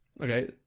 Okay